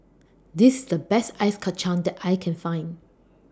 This The Best Ice Kacang that I Can Find